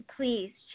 please